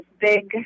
big